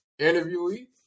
interviewee